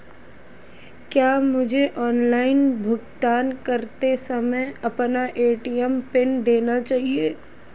क्या मुझे ऑनलाइन भुगतान करते समय अपना ए.टी.एम पिन देना चाहिए?